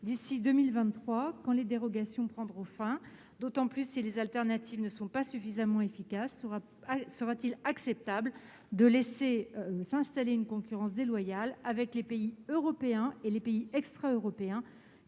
d'ici à 2023, quand les dérogations prendront fin, d'autant plus si les alternatives ne sont pas suffisamment efficaces. Sera-t-il acceptable de laisser s'installer une concurrence déloyale avec les pays européens et les pays extraeuropéens